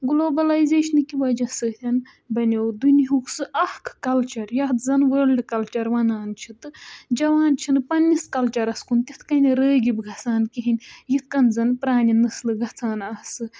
globalisation کہِ وَجہ سۭتۍ بَنیو دُنہیُک سُہ اَکھ کَلچَر یَتھ زَن وٲلڈ کَلچَر وَنان چھِ تہٕ جَوان چھِ نہٕ پنٛنِس کَلچَرَس کُن تِتھ کٔنۍ رٲغِب گژھان کِہیٖنۍ یِتھ کٔنۍ زَن پرٛانہِ نَسلہٕ گژھان آسہٕ